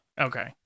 Okay